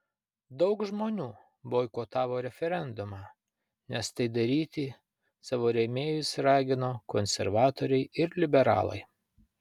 daug žmonių boikotavo referendumą nes tai daryti savo rėmėjus ragino konservatoriai ir liberalai